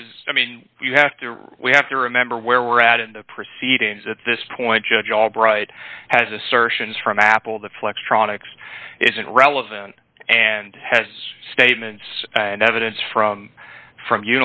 was i mean you have to we have to remember where we're at in the proceedings at this point judge albright has assertions from apple that flextronics isn't relevant and has statements and evidence from from